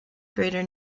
greater